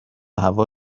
هوا